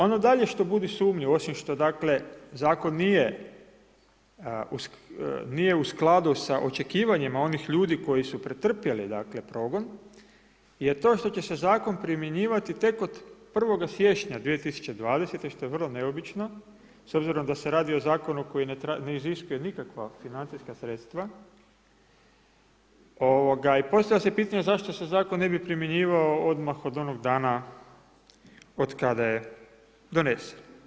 Ono dalje što budi sumnju, osim što dakle zakon nije u skladu sa očekivanjima onih ljudi koji su pretrpjeli progon je to što će se zakon primjenjivati tek od 1. siječnja 2020. što je vrlo neobično, s obzirom da se radi o zakonu koji ne iziskuje nikakva financijska sredstva i postavlja se pitanje zašto se zakon ne bi primjenjivao odmah od onog dana od kada je donesen?